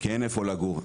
כי אין איפה לגור.